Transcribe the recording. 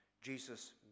Jesus